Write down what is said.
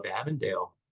Avondale